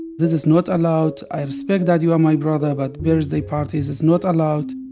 this is not allowed. i respect that you are my brother, but birthday parties is not allowed.